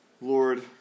Lord